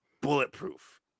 Bulletproof